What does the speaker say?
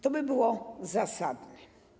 To by było zasadne.